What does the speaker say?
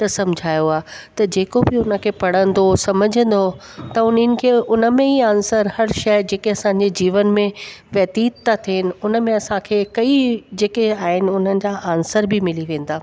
त सम्झायो आहे त जेको बि हुन खे पढ़ंदो सम्झंदो त हुननि खे हुनमें ई आन्सर हर शइ जेके असांजे जीवन में व्यतीत था थेअनि हुन में असांखे कई जेके आहिनि हुननि जा आन्सर बि मिली वेंदा